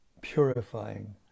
purifying